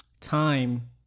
time